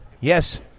Yes